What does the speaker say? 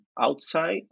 outside